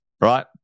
right